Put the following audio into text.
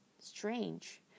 Strange